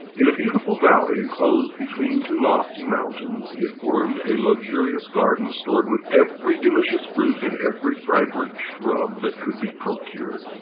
in a beautiful valley, enclosed between two lofty mountains, he had formed a luxurious garden stored with every delicious fruit and every fragrant shrub that could be procured.